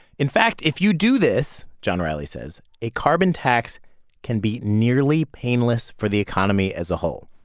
in fact, if you do this, john reilly says, a carbon tax can be nearly painless for the economy as a whole.